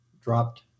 dropped